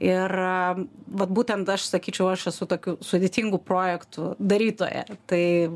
ir vat būtent aš sakyčiau aš esu tokių sudėtingų projektų darytoja tai